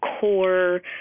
core